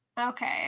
Okay